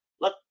Look